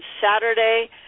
Saturday